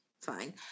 fine